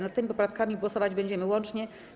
Nad tymi poprawkami głosować będziemy łącznie.